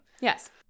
Yes